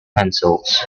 pencils